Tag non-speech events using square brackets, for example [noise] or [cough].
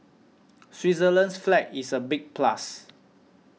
[noise] Switzerland's flag is a big plus